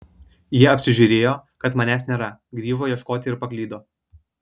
jie apsižiūrėjo kad manęs nėra grįžo ieškoti ir paklydo